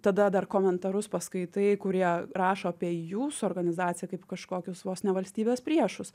tada dar komentarus paskaitai kurie rašo apie jūsų organizaciją kaip kažkokius vos ne valstybės priešus